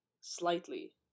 slightly